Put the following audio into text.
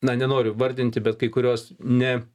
na nenoriu vardinti bet kai kurios ne